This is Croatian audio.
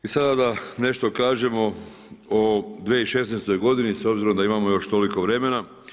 I sada da nešto kažemo o 2016. godini, s obzirom da imamo još toliko vremena.